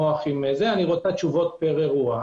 רוצה תשובות פר אירוע.